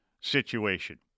situation